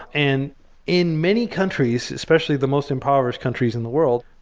and in many countries, especially the most impoverished countries in the world,